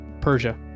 Persia